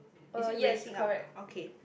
is it raising up okay